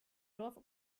dorf